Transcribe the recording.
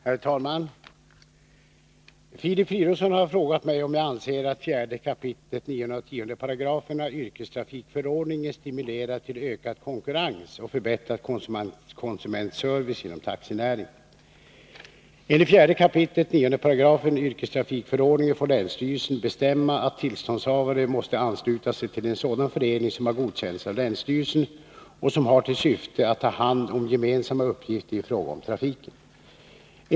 Herr talman! Filip Fridolfsson har frågat mig om jag anser att 4 kap. 9 och 10 §§ yrkestrafikförordningen stimulerar till ökad konkurrens och förbättrad konsumentservice inom taxinäringen. Enligt 4 kap. 9 § yrkestrafikförordningen får länsstyrelsen bestämma att tillståndshavare måste ansluta sig till en sådan förening som har godkänts av länsstyrelsen och som har till syfte att ha hand om gemensamma uppgifter i fråga om trafiken.